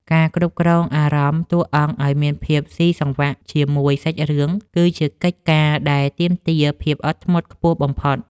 ការគ្រប់គ្រងអារម្មណ៍តួអង្គឱ្យមានភាពស៊ីសង្វាក់ជាមួយសាច់រឿងគឺជាកិច្ចការដែលទាមទារភាពអត់ធ្មត់ខ្ពស់បំផុត។